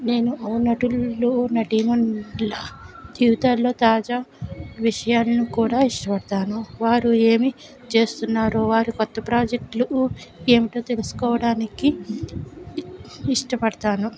నేను నటులను నటీమణుల జీవితాల్లో తాజా విషయాల్ను కూడా ఇష్టపడతాను వారు ఏమి చేస్తున్నారో వారి కొత్త ప్రాజెక్ట్లు ఏమిటో తెలుసుకోడానికి ఇష్టపడతాను